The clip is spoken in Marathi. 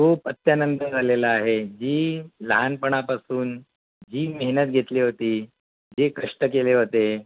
खूप अत्यानंद झालेला आहे जी लहानपणापासून जी मेहनत घेतली होती जे कष्ट केले होते